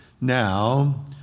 Now